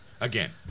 again